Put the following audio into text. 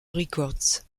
records